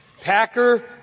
Packer